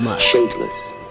shapeless